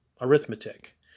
arithmetic